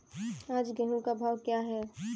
आज गेहूँ का भाव क्या है?